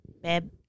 Babe